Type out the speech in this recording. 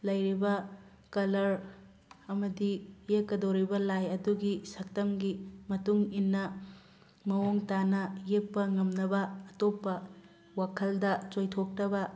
ꯂꯩꯔꯤꯕ ꯀꯂꯔ ꯑꯃꯗꯤ ꯌꯦꯛꯀꯗꯣꯔꯤꯕ ꯂꯥꯏ ꯑꯗꯨꯒꯤ ꯁꯛꯇꯝꯒꯤ ꯃꯇꯨꯡ ꯏꯟꯅ ꯃꯑꯣꯡ ꯇꯥꯅ ꯌꯦꯛꯄ ꯉꯝꯅꯕ ꯑꯇꯣꯞꯄ ꯋꯥꯈꯜꯗ ꯆꯣꯏꯊꯣꯛꯇꯕ